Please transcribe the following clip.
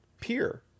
peer